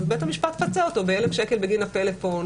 בית המשפט יפצה אותו ב-1,000 שקל בגין הפלאפון,